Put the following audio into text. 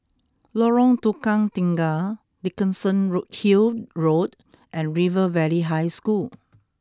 Lorong Tukang Tiga Dickenson road Hill Road and River Valley High School